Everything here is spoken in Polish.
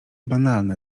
banalne